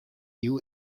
you